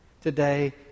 Today